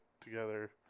together